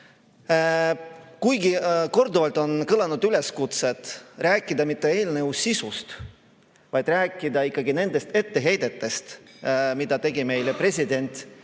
Kuigi korduvalt on siin kõlanud üleskutsed rääkida mitte eelnõu sisust, vaid rääkida ikka nendest etteheidetest, mida tegi meile president,